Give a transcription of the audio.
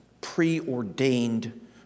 preordained